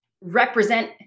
represent